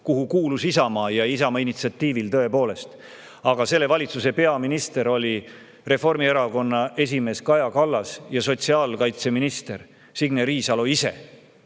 kuhu kuulus Isamaa, ja Isamaa initsiatiivil, tõepoolest. Aga selle valitsuse peaminister oli Reformierakonna esimees Kaja Kallas ja sotsiaalkaitseminister Signe Riisalo ise.